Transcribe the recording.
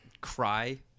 cry